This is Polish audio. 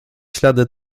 ślady